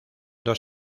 dos